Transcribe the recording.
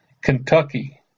Kentucky